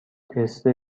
تست